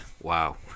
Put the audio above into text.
Wow